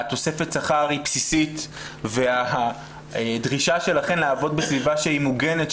תוספת השכר היא בסיסית והדרישה שלכן לעבוד בסביבה שהיא מוגנת,